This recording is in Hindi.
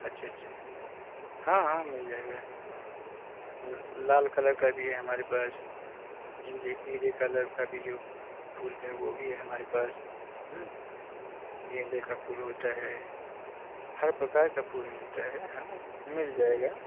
अच्छा अच्छा हाँ हाँ मिल जाएगा लाल कलर का भी है हमारे पास पीले पीले कलर का भी जो फूल है वह भी है हमारे पास गेंदे का फूल होता है हर प्रकार का फूल मिलता है हाँ मिल जाएगा